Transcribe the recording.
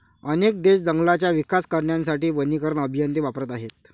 अनेक देश जंगलांचा विकास करण्यासाठी वनीकरण अभियंते वापरत आहेत